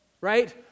right